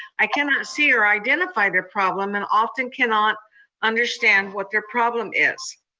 i cannot see or identify their problem and often cannot understand what their problem is.